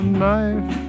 knife